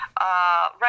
right